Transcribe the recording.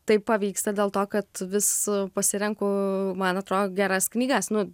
taip vyksta dėl to kad vis pasirenku man atrodo geras knygas nu